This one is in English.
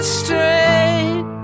straight